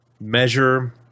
measure